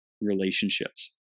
relationships